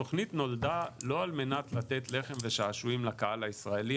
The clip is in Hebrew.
התכנית נולדה לא על מנת לתת לחם ושעשועים לקהל הישראלי,